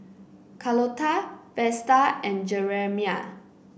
Carlotta Vesta and Jeremiah